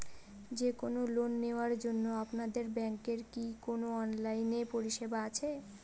যে কোন লোন নেওয়ার জন্য আপনাদের ব্যাঙ্কের কি কোন অনলাইনে পরিষেবা আছে?